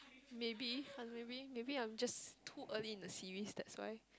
maybe I maybe maybe I'm just too early in the series that's why